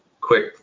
quick